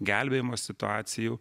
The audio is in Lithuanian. gelbėjimo situacijų